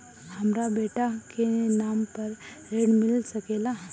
हमरा बेटा के नाम पर ऋण मिल सकेला?